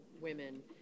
women